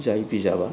जाय बिजाबा